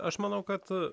aš manau kad